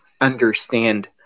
understand